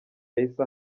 yahise